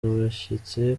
abashyitsi